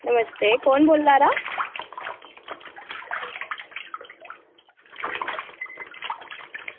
नमस्ते कुन्न बोल्ला दा